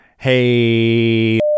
Hey